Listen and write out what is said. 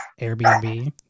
Airbnb